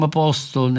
posto